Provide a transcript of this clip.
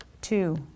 Two